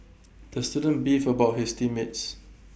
the student beef about his team mates